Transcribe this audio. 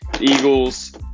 Eagles